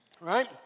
Right